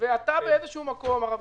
ואתה באיזשהו מקום אדוני היושב-ראש